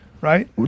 right